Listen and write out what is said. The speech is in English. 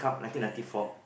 ya ya